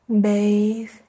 Bathe